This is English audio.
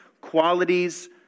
qualities